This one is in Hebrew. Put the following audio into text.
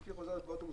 אשתי חוזרת באוטובוס,